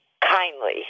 kindly